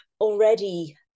already